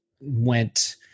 went